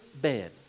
bed